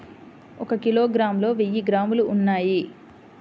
ఒక కిలోగ్రామ్ లో వెయ్యి గ్రాములు ఉన్నాయి